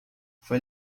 foi